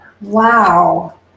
Wow